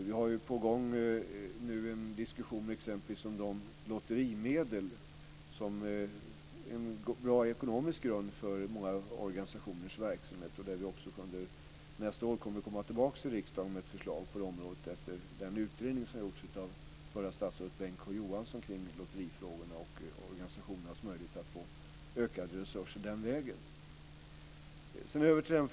Vi har nu på gång en diskussion exempelvis om lotterimedlen, som ju är en bra ekonomisk grund för många organisationers verksamhet, och nästa år kommer vi tillbaka till riksdagen med ett förslag på området; detta efter den utredning som gjorts av förra statsrådet Bengt K Å Johansson kring lotterifrågor och organisationernas möjligheter att få ökade resurser den vägen.